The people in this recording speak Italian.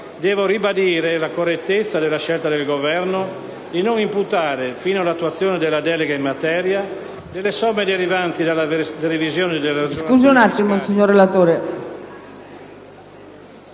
devo ribadire la correttezza della scelta del Governo di non imputare, fino all'attuazione della delega in materia, delle somme derivanti dalla revisione delle